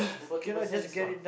forty percent discount